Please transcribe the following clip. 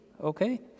Okay